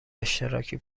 اشتراکی